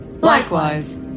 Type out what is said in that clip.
Likewise